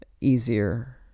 easier